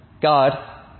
God